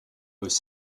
was